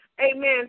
Amen